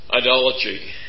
idolatry